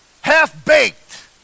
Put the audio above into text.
half-baked